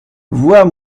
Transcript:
vois